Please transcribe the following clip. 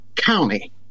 county